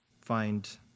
find